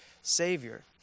Savior